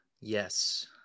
Yes